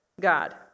god